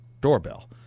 doorbell